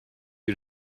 you